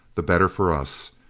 the better for us.